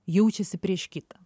jaučiasi prieš kitą